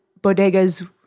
bodegas